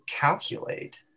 calculate